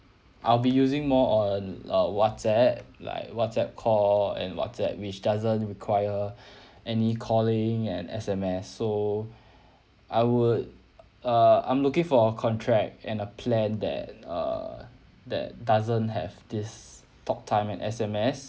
I'll be using more on uh WhatsApp like WhatsApp call and WhatsApp which doesn't require any calling and S_M_S so I would uh uh I'm looking for a contract and a plan that err that doesn't have this talk time and S_M_S